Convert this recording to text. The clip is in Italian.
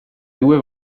due